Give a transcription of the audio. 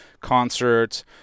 concerts